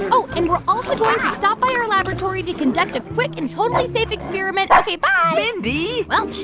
oh, and we're also going to stop by our laboratory to conduct a quick and totally safe experiment. ok, bye mindy. well,